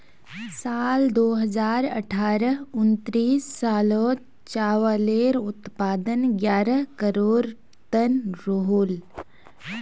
साल दो हज़ार अठारह उन्नीस सालोत चावालेर उत्पादन ग्यारह करोड़ तन रोहोल